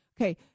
Okay